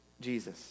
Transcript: Jesus